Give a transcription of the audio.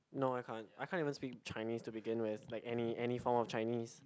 no I can't I can't even speak Chinese to begin with like any any form of Chinese